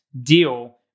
deal